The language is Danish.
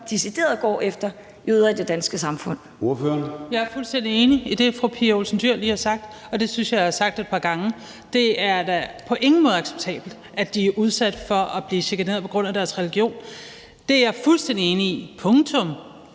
Kl. 21:36 Franciska Rosenkilde (ALT): Jeg er fuldstændig enig i det, fru Pia Olsen Dyhr lige har sagt, og det synes jeg at jeg har sagt et par gange. Det er da på ingen måde acceptabelt, at de er udsat for at blive chikaneret på grund af deres religion. Det er jeg fuldstændig enig i – punktum!